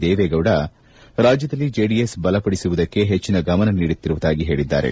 ದೇವೇಗೌಡ ರಾಜ್ಯದಲ್ಲಿ ಜೆಡಿಎಸ್ ಬಲಪಡಿಸುವುದಕ್ಕೆ ಹೆಚ್ಚನ ಗಮನ ನೀಡುತ್ತಿರುವುದಾಗಿ ಹೇಳಿದ್ದಾರೆ